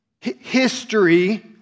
History